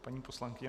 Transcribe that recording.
Paní poslankyně.